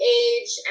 age